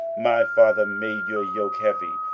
my father made your yoke heavy,